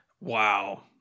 wow